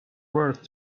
worth